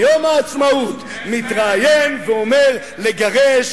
ביום העצמאות מתראיין ואומר: לגרש